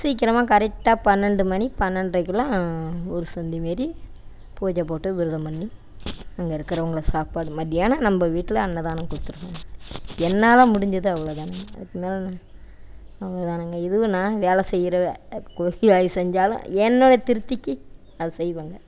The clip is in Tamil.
சீக்கிரமாக கரெக்டாக பன்னெண்டு மணி பன்னென்ரைக்குலாம் ஒரு சந்திமேரி பூஜை போட்டு விரதம் பண்ணி அங்கே இருக்கிறவங்கள சாப்பாடு மத்தியானம் நம்ம வீட்டில அன்னதானம் கொடுத்துருவோம் என்னால் முடிஞ்சது அவ்வளோ தானுங்க அதுக்கு மேலே அவ்வளோ தானுங்க இதுவும் நான் வேலை செய்கிறவ கூலி வேலை செஞ்சாலும் என்னோடைய திருப்திக்கு அதை செய்வேங்க